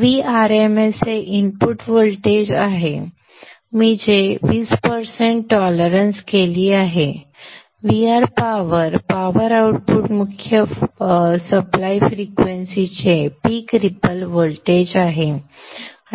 तर Vrms हे input voltage आहे जी मी वीस टक्के टॉलरन्स केली आहे Vr पॉवर पॉवर आउटपुट मुख्य पुरवठा फ्रिक्वेन्सी चे पीक रिपल व्होल्टेज आहे